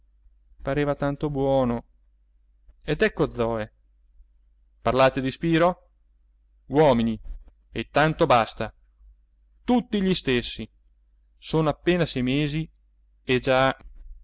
pareva tanto buono ed ecco zoe parlate di spiro uomini e tanto basta tutti gli stessi sono appena sei mesi e già